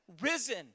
risen